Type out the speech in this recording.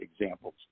examples